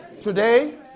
Today